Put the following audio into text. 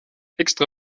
extra